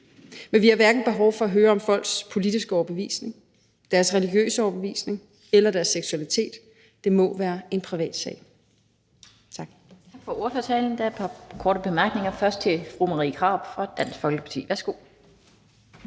Men vi har hverken behov for at høre om folks politiske overbevisning, deres religiøse overbevisning eller deres seksualitet; det må være en privat sag. Tak.